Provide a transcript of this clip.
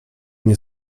nie